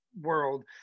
world